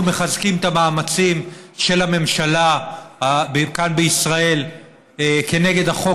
אנחנו מחזקים את המאמצים של הממשלה כאן בישראל כנגד החוק